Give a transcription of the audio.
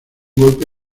golpe